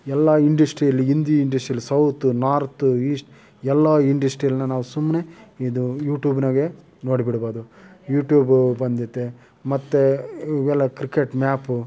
ಎಲ್ಲ ಇಂಡಸ್ಟ್ರಿ ಇರಲಿ ಹಿಂದಿ ಇಂಡಸ್ಟ್ರಿ ಇರಲಿ ಸೌತು ನಾರ್ತು ಈಸ್ಟ್ ಎಲ್ಲ ಇಂಡಸ್ಟ್ರಿ ಇರಲಿ ನಾವು ಸುಮ್ಮನೆ ಇದು ಯೂಟ್ಯೂಬ್ದಾಗೆ ನೋಡಿ ಬಿಡಬೋದು ಯೂಟ್ಯೂಬು ಬಂದೈತೆ ಮತ್ತು ಇವೆಲ್ಲ ಕ್ರಿಕೆಟ್ ಮ್ಯಾಪು